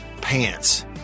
pants